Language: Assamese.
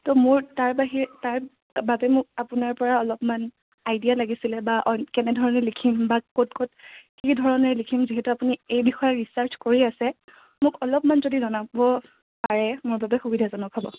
তৌ মোৰ তাৰ বাহিৰে তাৰবাবে মোক আপোনাৰপৰা অলপমান আইডিয়া লাগিছিলে বা অইন কেনেধৰণে লিখিম বা ক'ত ক'ত কি ধৰণে লিখিম যিহেতু আপুনি এই বিষয়ে ৰিচাৰ্ছ কৰি আছে মোক অলপমান যদি জনাব পাৰে মোৰ বাবে সুবিধাজনক হ'ব